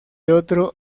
otro